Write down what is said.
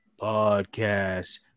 podcast